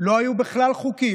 לא היו בכלל חוקים,